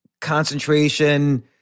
concentration